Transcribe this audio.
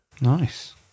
nice